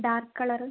dark colour